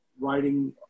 writing